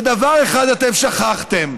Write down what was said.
ודבר אחד אתם שכחתם: